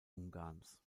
ungarns